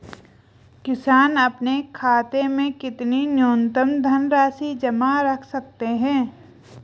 किसान अपने खाते में कितनी न्यूनतम धनराशि जमा रख सकते हैं?